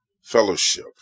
fellowship